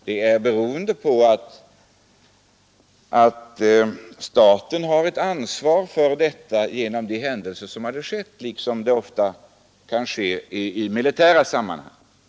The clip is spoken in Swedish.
Det är beroende på att staten har ett ansvar genom de händelser som skett liksom ofta kan vara fallet i militära sammanhang.